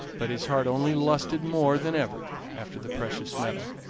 but his heart only lusted more than ever after the precious metal.